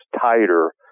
tighter